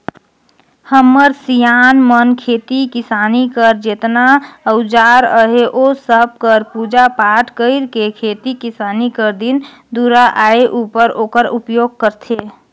हमर सियान मन खेती किसानी कर जेतना अउजार अहे ओ सब कर पूजा पाठ कइर के खेती किसानी कर दिन दुरा आए उपर ओकर उपियोग करथे